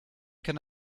can